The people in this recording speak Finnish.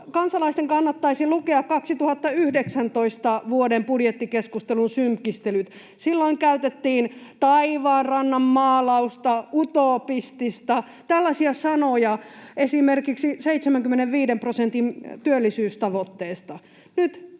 kansalaisten kannattaisi lukea vuoden 2019 budjettikeskustelun synkistelyt. Silloin käytettiin ”taivaanrannan maalausta”, ”utopistista” — esimerkiksi tällaisia sanoja 75 prosentin työllisyystavoitteesta.